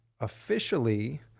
officially